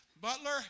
butler